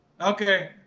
Okay